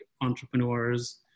entrepreneurs